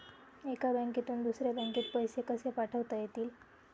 एका बँकेतून दुसऱ्या बँकेत पैसे कसे पाठवता येतील?